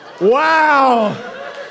Wow